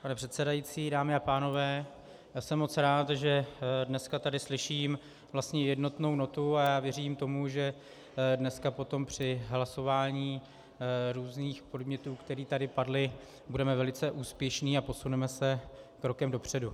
Pane předsedající, dámy a pánové, já jsem moc rád, že dneska tady slyším vlastně jednotnou notu, a věřím tomu, že dneska potom při hlasování různých podnětů, které tady padly, budeme velice úspěšní a posuneme se krokem dopředu.